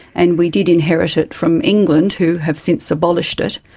and we did inherit it from england, who have since abolished it.